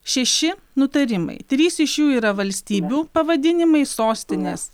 šeši nutarimai trys iš jų yra valstybių pavadinimai sostinės